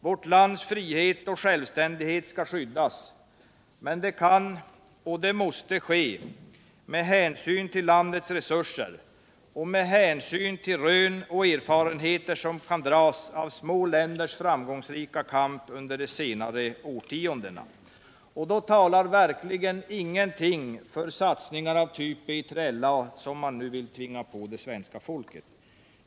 Vårt lands frihet och självständighet skall skyddas och det kan och måste ske med hänsyn till landets resurser och med hänsyn till rön och erfareriheter som kan dras av små länders framgångsrika kamp under senare årtionden. Och då talar ingenting för satsningar av typ BILA som man nu vill tvinga på det svenska folket.